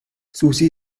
susi